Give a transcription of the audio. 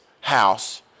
house